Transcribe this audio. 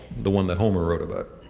the one that homer wrote about.